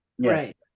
Right